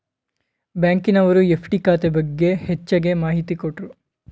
ಬ್ಯಾಂಕಿನವರು ಎಫ್.ಡಿ ಖಾತೆ ಬಗ್ಗೆ ಹೆಚ್ಚಗೆ ಮಾಹಿತಿ ಕೊಟ್ರು